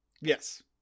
Yes